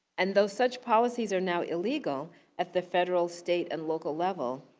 and though such policies are now illegal at the federal, state, and local level,